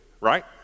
right